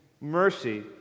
mercy